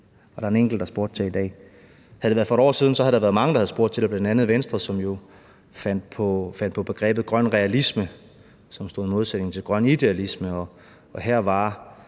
var der en enkelt, der spurgte til i dag. Havde det været for et år siden, havde der været mange, der havde spurgt til det, bl.a. Venstre, som jo fandt på begrebet grøn realisme, som stod i modsætning til grøn idealisme, og her var